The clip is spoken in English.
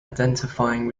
identifying